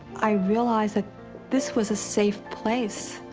i realized that this was a safe place.